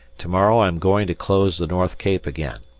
tomorrow i am going to close the north cape again.